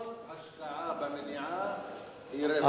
כל השקעה במניעה היא רווח.